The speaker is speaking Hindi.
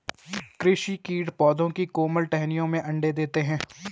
कृषि कीट पौधों की कोमल टहनियों में अंडे देते है